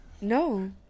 No